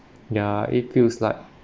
ya it feels like